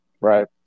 Right